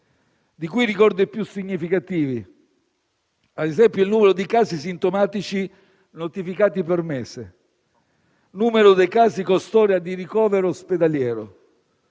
di cui ricordo i più significativi: numero di casi sintomatici notificati per mese; numero dei casi con storia di ricovero ospedaliero;